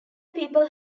people